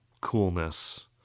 coolness